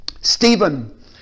Stephen